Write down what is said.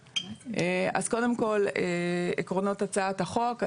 קודם כל, עקרונות הצעת החוק.